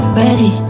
ready